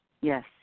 Yes